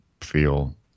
feel